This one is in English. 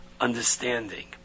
understanding